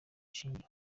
shingiro